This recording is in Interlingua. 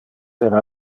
era